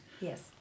Yes